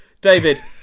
david